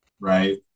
Right